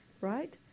right